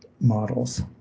models